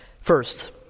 First